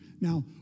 Now